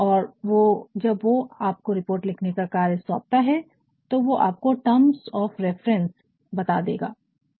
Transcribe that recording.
और जब वो आपको रिपोर्ट लिखने कार्य सौंपता है तो वो आपको terms of reference terms of refernce विचार्थ विषय बता देगा